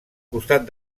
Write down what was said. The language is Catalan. costat